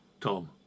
Tom